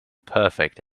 perfect